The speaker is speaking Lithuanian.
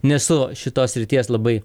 nesu šitos srities labai